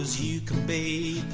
you can be